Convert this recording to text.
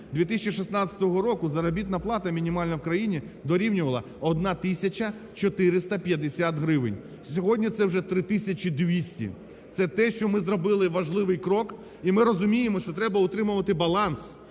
2016 року заробітна плата мінімальна в країні дорівнювала 1 тисяча 450 гривень, а сьогодні це вже 3 тисячі 300. Це те, що ми зробили важливий крок. І ми розуміємо, що треба утримувати баланс,